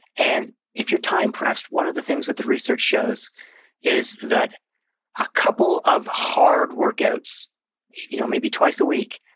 and if you're time pressed, one of the things that the research shows is that a couple of hard workouts you know maybe twice a week,